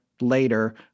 later